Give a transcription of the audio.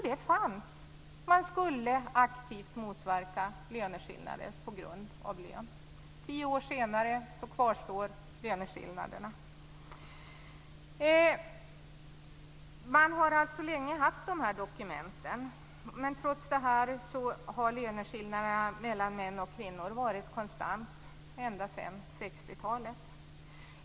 Det fanns också en sådan. Man skulle aktivt motverka löneskillnader på grund av kön. Tio år senare kvarstår löneskillnaderna. Man har alltså länge haft de här dokumenten, men trots det har löneskillnaderna mellan män och kvinnor varit konstanta ända sedan 60-talet.